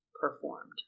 performed